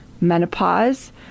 menopause